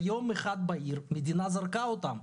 ביום אחד בהיר המדינה זרקה אותם,